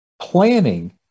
planning